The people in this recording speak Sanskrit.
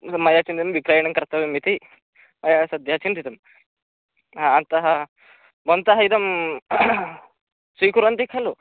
मया चिन्तितं विक्रयणं कर्तव्यम् इति मया सद्यः चिन्तितं अतः भवन्तः इदं स्वीकुर्वन्ति खलु